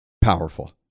powerful